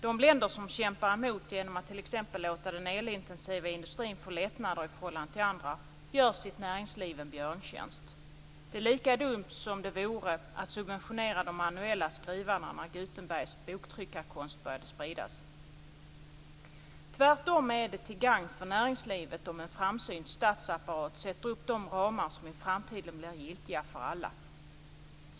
De länder som kämpar emot genom att t.ex. låta den elintensiva industrin få lättnader i förhållande till andra gör sitt näringsliv en björntjänst. Det är lika dumt som det vore att subventionera de manuella skrivarna när Gutenbergs boktryckarkonst började spridas. Tvärtom är det till gagn för näringslivet om en framsynt statsapparat sätter upp de ramar som i framtiden blir giltiga för alla.